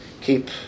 keep